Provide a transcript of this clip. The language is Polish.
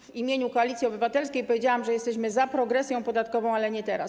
W imieniu Koalicji Obywatelskiej powiedziałam, że jesteśmy za progresją podatkową, ale nie teraz.